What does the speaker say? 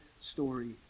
story